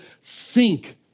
sink